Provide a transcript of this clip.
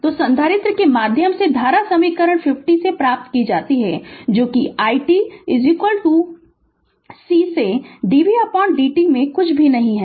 तो संधारित्र के माध्यम से धारा समीकरण 50 से प्राप्त की जाती है जो कि i t C से dvdt में कुछ भी नहीं है